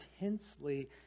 intensely